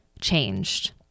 changed